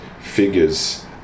figures